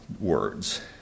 words